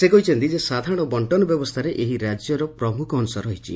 ସେ କହିଛନ୍ତି ଯେ ସାଧାରଣ ବଣ୍କନ ବ୍ୟବସ୍ତାରେ ଏହି ରାକ୍ୟର ପ୍ରମୁଖ ଅଂଶ ରହିଛି